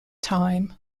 time